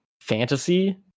fantasy